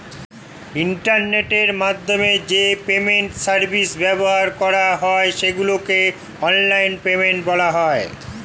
ইন্টারনেটের মাধ্যমে যে পেমেন্ট সার্ভিস ব্যবহার করা হয় সেগুলোকে অনলাইন পেমেন্ট বলা হয়